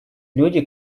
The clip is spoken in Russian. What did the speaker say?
люди